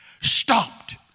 stopped